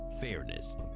fairness